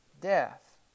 death